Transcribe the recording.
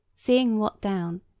seeing wat down,